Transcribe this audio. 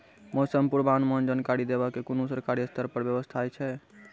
मौसम पूर्वानुमान जानकरी देवाक कुनू सरकारी स्तर पर व्यवस्था ऐछि?